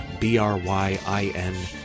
B-R-Y-I-N